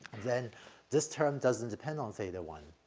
then this term doesn't depend on theta one.